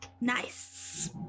nice